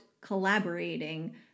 collaborating